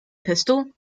pistol